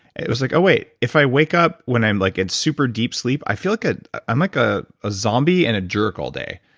it was like, oh wait, if i wake up when i'm like at super deep sleep, i feel like a. i'm like ah a zombie and a jerk all day,